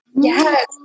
Yes